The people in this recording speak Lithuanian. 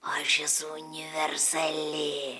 aš esu universali